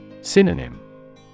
Synonym